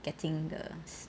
getting the